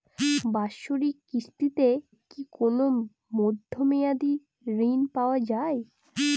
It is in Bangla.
বাৎসরিক কিস্তিতে কি কোন মধ্যমেয়াদি ঋণ পাওয়া যায়?